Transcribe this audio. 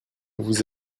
vous